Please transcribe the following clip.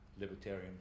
libertarian